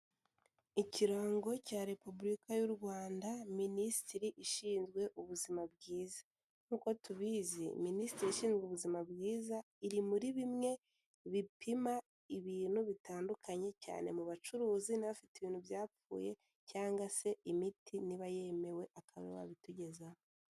Ikirango cya Repubulika y'u Rwanda minisitiri ishinzwe ubuzima bwiza. Nk'uko tubizi minisitiri ishinzwe ubuzima bwiza iri muri bimwe bipima ibintu bitandukanye cyane mu bacuruzi n'abafite ibintu byapfuye, cyangwa se imiti niba yemewe akaba yabitugezaho.